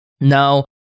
Now